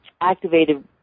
activated